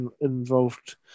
involved